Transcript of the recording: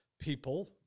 people